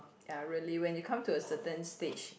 ya really when you come to a certain stage